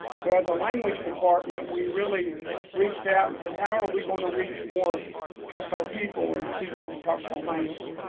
so as a language department, we really reached out and said how are we going to reach more choctow people and teach the choctaw language.